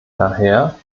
daher